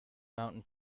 mountain